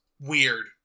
weird